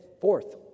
fourth